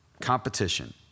competition